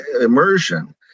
immersion